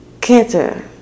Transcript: cancer